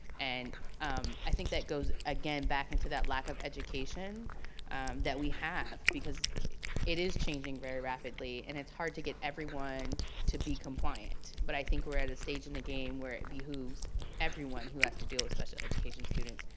and um i think that goes again back into that lack of education that we have, because it is changing very rapidly and it's hard to get everyone to be compliant. but i think we're at a stage in the game where it behooves everyone who has to deal with special education students,